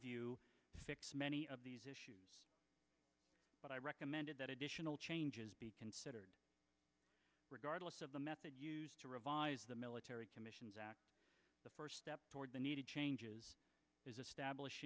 view fix many of these issues but i recommended that additional changes be considered regardless of the method used to revise the military commissions act the first step toward the needed changes is